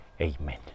Amen